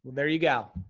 there you go.